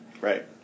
Right